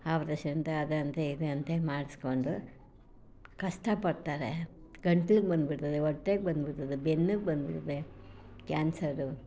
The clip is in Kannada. ಆಪ್ರೇಷನಂತೆ ಅದಂತೆ ಇದಂತೆ ಮಾಡಿಸ್ಕೊಂಡು ಕಷ್ಟ ಪಡ್ತಾರೆ ಗಂಟ್ಲಿಗೆ ಬಂದ್ಬಿಡ್ತದೆ ಹೊಟ್ಟೆಗೆ ಬಂದ್ಬಿಡ್ತದೆ ಬೆನ್ನಿಗೆ ಬಂದ್ಬಿಡ್ತದೆ ಕ್ಯಾನ್ಸರು